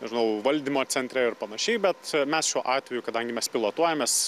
nežinau valdymo centre ir panašiai bet mes šiuo atveju kadangi mes pilotuojam mes